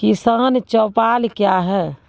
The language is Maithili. किसान चौपाल क्या हैं?